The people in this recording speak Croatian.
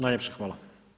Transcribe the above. Najljepša hvala.